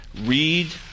Read